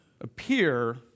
appear